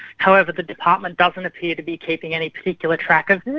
however, the department doesn't appear to be keeping any particular track of this.